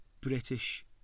British